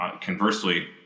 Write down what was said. conversely